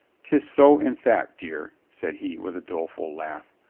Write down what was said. tis so, in fact, dear, said he with a doleful laugh.